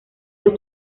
los